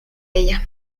ella